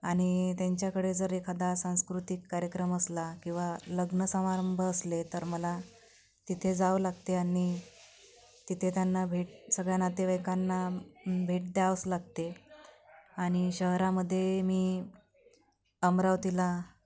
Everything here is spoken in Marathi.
आणि त्यांच्याकडे जर एखादा सांस्कृतिक कार्यक्रम असला किंवा लग्न समारंभ असले तर मला तिथे जावं लागते आणि तिथे त्यांना भेट सगळ्या नातेवाईकांना भेट द्यावंच लागते आणि शहरामध्ये मी अमरावतीला